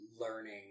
learning